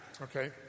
okay